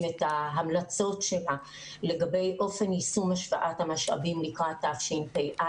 את ההמלצות שלה לגבי אופן יישום השפעת המשאבים לקראת תשפ"א,